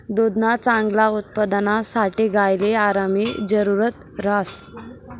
दुधना चांगला उत्पादनसाठे गायले आरामनी जरुरत ह्रास